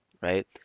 right